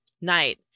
night